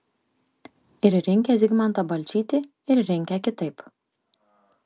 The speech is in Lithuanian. ir rinkę zigmantą balčytį ir rinkę kitaip